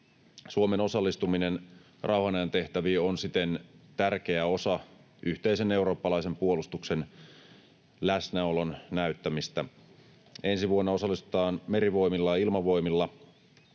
Suomen osallistuminen rauhanajan tehtäviin on siten tärkeä osa yhteisen eurooppalaisen puolustuksen läsnäolon näyttämistä. Ensi vuonna osallistutaan Merivoimilla ja Ilmavoimilla